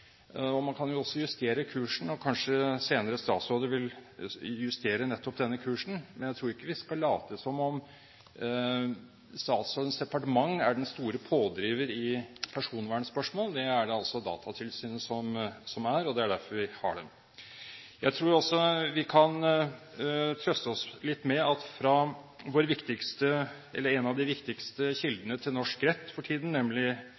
Man kan jo også justere kursen, og kanskje senere statsråder vil justere nettopp denne, men jeg tror ikke vi skal late som om statsrådens departement er den store pådriver i personvernspørsmål. Det er det altså Datatilsynet som er, og det er derfor vi har det. Jeg tror også vi kan trøste oss litt med at det fra en av de viktigste kildene til norsk rett for tiden, nemlig